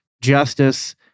justice